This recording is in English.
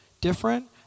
different